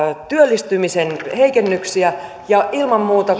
työllistymisen heikennyksiä ja ilman muuta